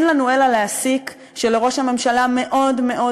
אין לנו אלא להסיק שלראש הממשלה מאוד מאוד